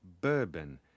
bourbon